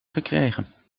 gekregen